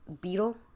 beetle